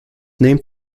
named